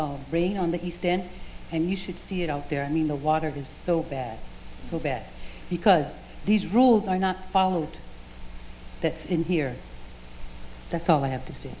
rain on the east end and you should see it out there i mean the water is so bad so bad because these rules are not followed that in here that's all i have to s